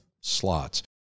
slots